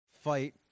fight